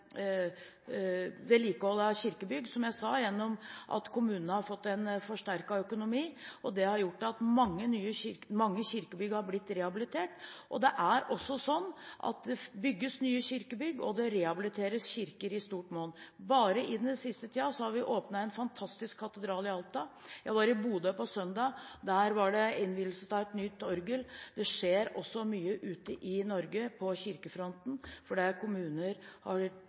vedlikehold av kirkebygg – som jeg sa – gjennom at kommunene har fått en forsterket økonomi, og det har gjort at mange kirkebygg har blitt rehabilitert. Det bygges nye kirkebygg og det rehabiliteres kirker i stort monn. Bare den siste tiden har vi åpnet en fantastisk katedral i Alta. Jeg var i Bodø på søndag, der var det innvielse av et nytt orgel. Det skjer mye ute i Norge på kirkefronten fordi kommuner har